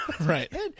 right